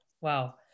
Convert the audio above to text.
wow